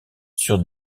sur